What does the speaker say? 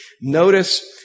Notice